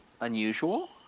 unusual